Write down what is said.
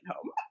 home